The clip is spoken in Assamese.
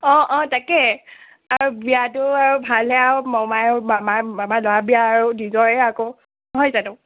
অঁ অঁ তাকে আৰু বিয়াটো আৰু ভালহে আৰু মোমায়েও মামাৰ মামাৰ ল'ৰাৰ বিয়া আৰু নিজৰে আকৌ নহয় জানো